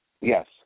Yes